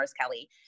Kelly